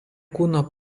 kūno